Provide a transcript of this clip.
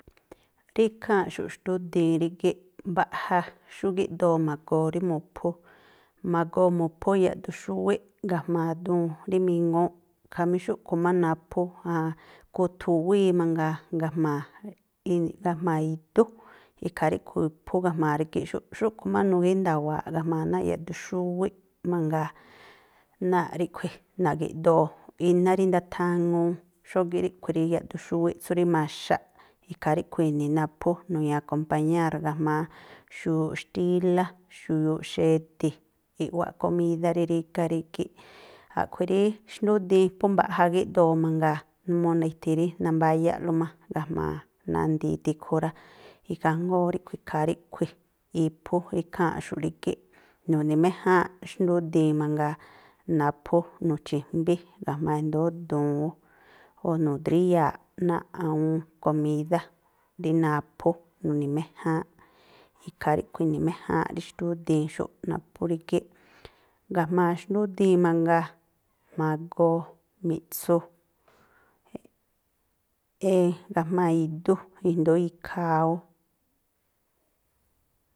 Rí ikháa̱nꞌxu̱, xtúdii rígíꞌ, mbaꞌja xú gíꞌdoo ma̱goo rí mu̱phú, ma̱goo mu̱phú yaꞌdu xúwíꞌ ga̱jma̱a duun rí miŋúúꞌ, khamí xúꞌkhui̱ má naphú aan kuthuwíí mangaa, ga̱jma̱a ga̱jma̱a idú, ikhaa ríꞌkhui̱ iphú ga̱jma̱a rígíꞌ xúꞌ, xúꞌkhui̱ má nu̱gína̱wa̱aꞌ ga̱jma̱a náa̱ꞌ yaꞌduxúwíꞌ mangaa, náa̱ꞌ ríꞌkhui̱ nagi̱ꞌdoo iná rí ndathaŋuu, xógíꞌ ríꞌkhui̱ rí yadun xúwíꞌ tsú rí maxaꞌ, ikhaa ríꞌkhui̱ i̱ni̱ naphú nu̱ñi̱i acompañáa̱r ga̱jma̱a xuyuuꞌ xtílá, xuyuuꞌ xedi̱, i̱ꞌwáꞌ komídá rí rígá rígi̱ꞌ. A̱ꞌkhui̱ rí xndúdii phú mbaꞌja gíꞌdoo mangaa, numuu ithi rí nambáyáꞌlú má ga̱jma̱a nandii tikhu rá. Ikhaa jngóó ríꞌkhui̱ ikhaa ríꞌkhui̱ iphú ikháa̱nꞌxu̱ꞌ rígíꞌ. Nu̱ni̱méjáánꞌ xndúdiin mangaa naphú, nu̱chi̱jmbí ga̱jma̱a i̱ndóó duun ú. O̱ nu̱dríya̱aꞌ náa̱ꞌ awúún komídá rí naphú, nu̱ni̱méjáánꞌ. Ikhaa ríꞌkhui̱ i̱ni̱méjáánꞌ rí xtúdiin xúꞌ, naphú rígíꞌ. Ga̱jma̱a xtúdiin mangaa, ma̱goo mi̱ꞌtsu ga̱jma̱a idú, i̱ndóó ikhaa ú.